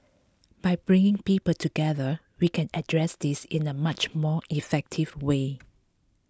by bringing people together we can address this in a much more effective way